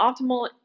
optimal